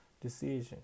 decision